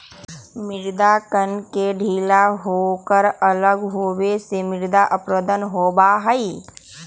मृदा कण के ढीला होकर अलग होवे से मृदा अपरदन होबा हई